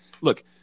look